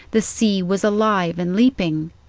the sea was alive and leaping.